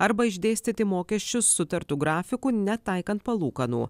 arba išdėstyti mokesčius sutartu grafiku netaikant palūkanų